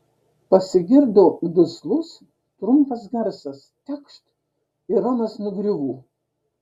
pasigirdo duslus trumpas garsas tekšt ir romas nugriuvo